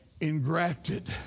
engrafted